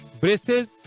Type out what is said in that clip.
braces